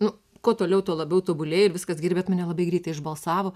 nu kuo toliau tuo labiau tobulėju ir viskas gerai bet mane labai greitai išbalsavo